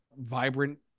vibrant